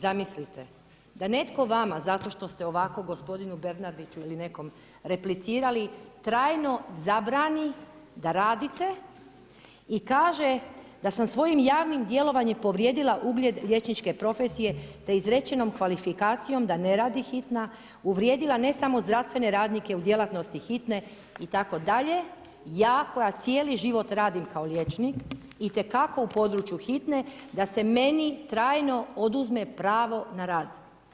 Zamislite, da netko vama zato što ste ovako gospodinu Bernardiću ili nekom replicirali trajno zabrani da radite i kaže da sam svojim javnim djelovanjem povrijedila ugled liječničke profesije te izrečenom kvalifikacijom da ne radi hitna uvrijedila ne samo zdravstvene radnike u djelatnosti hitne itd., ja koja cijeli život radim kao liječnik, itekako u području hitne da se meni trajno oduzme pravo na rad.